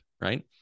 right